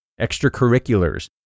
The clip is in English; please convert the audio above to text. extracurriculars